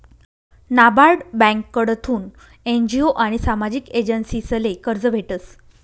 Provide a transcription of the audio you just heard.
नाबार्ड ब्यांककडथून एन.जी.ओ आनी सामाजिक एजन्सीसले कर्ज भेटस